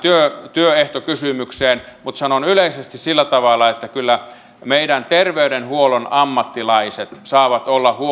työehtokysymykseen mutta sanon yleisesti sillä tavalla että kyllä meidän terveydenhuollon ammattilaiset saavat olla